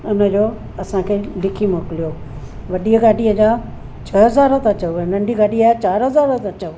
उनजो असांखे लिखी मोकिलियो वॾीअ गाॾीअ जा छह हज़ार था चओ ऐं नंढी गाॾीअ जा चारि हज़ार था चओ